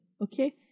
Okay